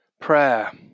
prayer